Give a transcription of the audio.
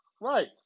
Right